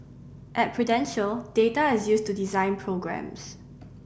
at Prudential data is used to design programmes